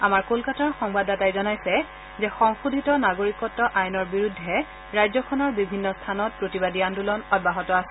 আমাৰ কলকাতাৰ সংবাদদাতাই জনাইছে যে সংশোধিত নাগৰিকত্ব আইনৰ বিৰুদ্ধে ৰাজ্যখনৰ বিভিন্ন স্থানত প্ৰতিবাদী আন্দোলন অব্যাহত আছে